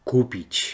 Kupić